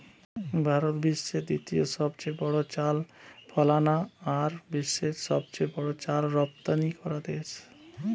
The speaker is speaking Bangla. ভারত বিশ্বের দ্বিতীয় সবচেয়ে বড় চাল ফলানা আর বিশ্বের সবচেয়ে বড় চাল রপ্তানিকরা দেশ